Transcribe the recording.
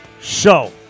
Show